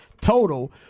total